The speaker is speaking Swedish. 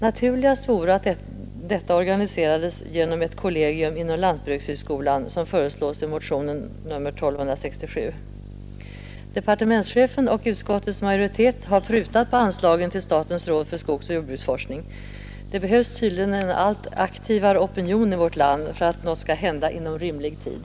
Naturligast vore att detta organiserades genom ett kollegium inom lantbrukshögskolan, som föreslås i motionen 1267. Departementschefen och utskottets majoritet har prutat på anslagen till statens råd för skogsoch jordbruksforskning. Det behövs tydligen en allt aktivare opinion i vårt land, för att något skall hända inom rimlig tid.